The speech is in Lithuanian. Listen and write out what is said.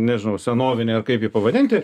nežinau senovinį ar kaip jį pavadinti